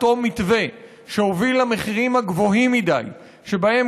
אותו מתווה שהוביל למחירים הגבוהים מדי שבהם